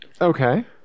Okay